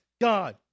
God